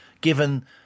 given